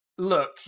Look